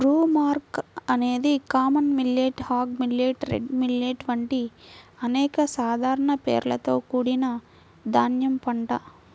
broomcorn అనేది common millet, hog millet, red millet వంటి అనేక సాధారణ పేర్లతో కూడిన ధాన్యం పంట